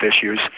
issues